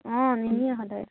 অঁ নিনিয়ে সদায়